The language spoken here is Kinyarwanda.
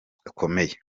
gakomeye